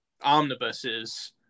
omnibuses